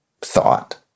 thought